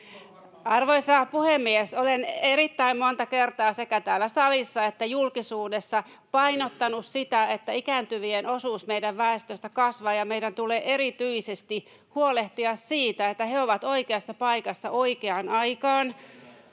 Arvoisa puhemies! Olen erittäin monta kertaa sekä täällä salissa että julkisuudessa painottanut sitä, että ikääntyvien osuus meidän väestöstä kasvaa ja meidän tulee erityisesti huolehtia siitä, että he ovat oikeassa paikassa oikeaan aikaan.